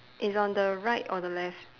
it's on the right or the left